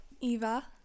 Eva